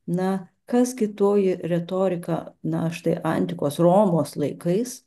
na kas gi toji retorika na štai antikos romos laikais